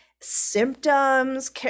symptoms